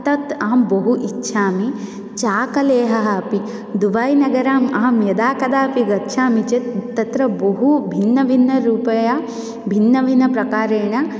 तत् अहं बहु इच्छामि चाकलेहः अपि दुबायिनगरं अहं यदा कदापि गच्छामि चेत् तत्र बहु भिन्नभिन्नरूपया भिन्नभिन्नप्रकारेण